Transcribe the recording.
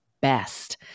best